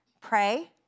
Pray